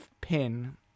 pin